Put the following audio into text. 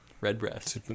Redbreast